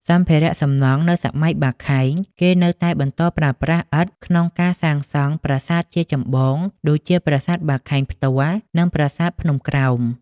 សម្ភារៈសំណង់នៅសម័យបាខែង គេនៅតែបន្តប្រើប្រាស់ ឥដ្ឋ ក្នុងការសាងសង់ប្រាសាទជាចម្បង ដូចជាប្រាសាទបាខែងផ្ទាល់ និងប្រាសាទភ្នំក្រោម។